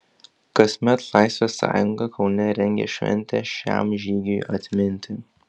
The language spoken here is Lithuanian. kasmet laisvės sąjunga kaune rengia šventę šiam žygiui atminti